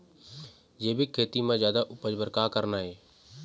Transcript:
जैविक खेती म जादा उपज बर का करना ये?